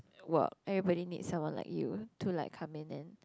work everybody needs someone like you to like come in and